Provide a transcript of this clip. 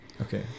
okay